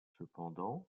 cependant